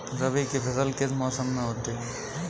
रबी की फसल किस मौसम में होती है?